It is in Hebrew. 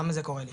למה זה קורה לי?